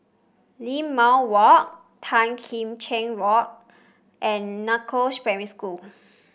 Limau Walk Tan Kim Cheng Road and Northoaks Primary School